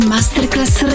Masterclass